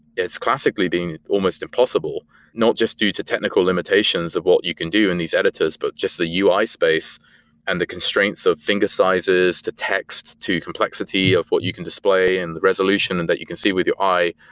it's classically being almost impossible not just due to technical limitations of what you can do in these editors, but just the ui space and the constraints of finger sizes, to texts, to complexity of what you can display and the resolution and that you can see with your eye.